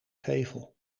gevel